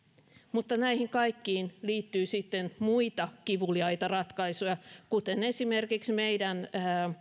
mutta näihin kaikkiin liittyy sitten muita kivuliaita ratkaisuja esimerkiksi meidän